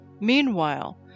Meanwhile